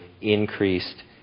increased